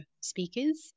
speakers